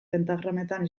pentagrametan